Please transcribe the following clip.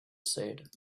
said